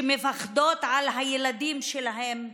שמפחדות על הילדים שלהן,